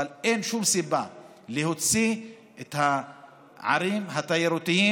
אבל אין שום סיבה להוציא את הערים התיירותיות,